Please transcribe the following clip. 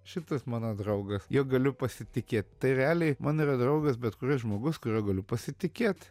šitas mano draugas juo galiu pasitikėt tai realiai mano yra draugas bet kuris žmogus kuriuo galiu pasitikėt